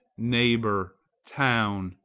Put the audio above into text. neighbor, town,